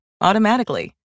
automatically